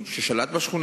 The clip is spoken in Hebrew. איפה השכל הישר?